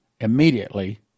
immediately